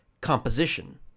composition